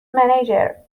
manager